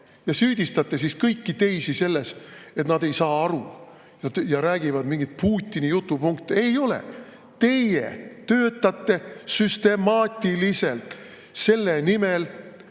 ja süüdistate kõiki teisi selles, et nad ei saa aru ja räägivad mingeid Putini jutupunkte. Ei ole nii! Teie töötate süstemaatiliselt selle nimel,